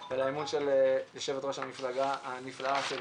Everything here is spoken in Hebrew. על האמון של יושבת-ראש המפלגה הנפלאה שלי,